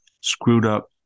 screwed-up